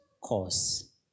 cause